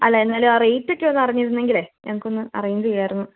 അല്ല എന്നാലും ആ റേറ്റ് ഒക്കെ ഒന്ന് അറിഞ്ഞിരുന്നെങ്കിലേ നമുക്കൊന്ന് അറേഞ്ച് ചെയ്യാമായിരുന്നു